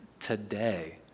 today